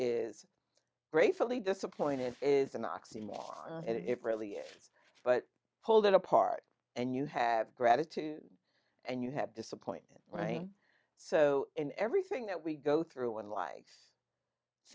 is gratefully disappointed is an oxymoron it really is but pulled it apart and you have gratitude and you have disappointment writing so in everything that we go through and like